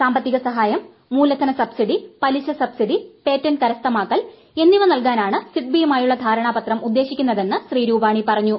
സാമ്പത്തിക സഹായം മൂലധന സബ്സിഡി പലിശ സബ്സിഡി പേറ്റന്റ് കരസ്ഥമാക്കൽ എന്നിവ നൽകാനാണ് സിഡ്ബിയുമായുള്ള ധാരണാപത്രം ഉദ്ദേശിക്കുന്നതെന്ന് ശ്രീ രൂപാനി പറഞ്ഞു